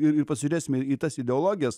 ir ir pasižiūrėsime į tas ideologijas